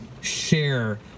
share